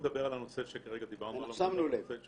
משתמשים במיתוג שלי לא להגדיל את השוק אלא להגדיל את חלקנו